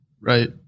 Right